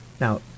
Now